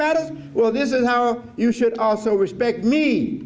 matters well this is how you should also respect me